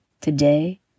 Today